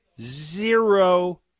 Zero